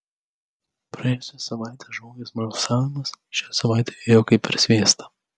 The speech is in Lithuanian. praėjusią savaitę žlugęs balsavimas šią savaitę ėjo kaip per sviestą